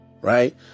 Right